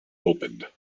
opened